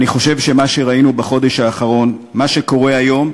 אני חושב שמה שראינו בחודש האחרון, מה שקורה היום,